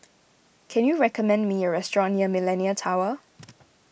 can you recommend me a restaurant near Millenia Tower